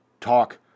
talk